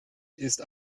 ist